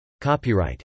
Copyright